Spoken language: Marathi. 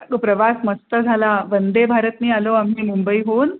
अगं प्रवास मस्त झाला वंदेभारतने आलो आम्ही मुंबईहून